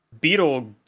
Beetle